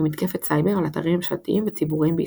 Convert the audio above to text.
במתקפת סייבר על אתרים ממשלתיים וציבוריים בישראל,